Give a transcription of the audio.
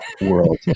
world